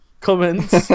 comments